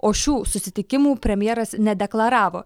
o šių susitikimų premjeras nedeklaravo